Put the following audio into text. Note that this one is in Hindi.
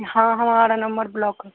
हाँ हमारा नंबर ब्लॉक है